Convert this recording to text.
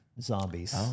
zombies